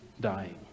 dying